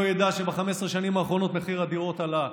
לא ידע שב-15 השנים האחרונות מחיר הדירות עלה,